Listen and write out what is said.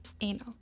anal